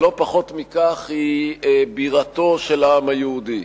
אבל לא פחות מכך היא בירתו של העם היהודי.